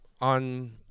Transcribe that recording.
on